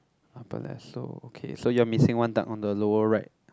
upper left so okay so you are missing one duck on the lower right